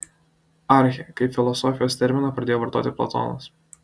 archę kaip filosofijos terminą pradėjo vartoti platonas